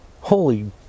Holy